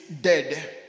dead